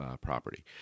property